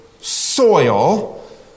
soil